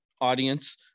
audience